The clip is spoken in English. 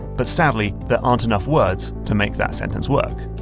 but, sadly, there aren't enough words to make that sentence work.